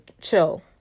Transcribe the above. chill